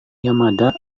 yamada